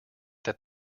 that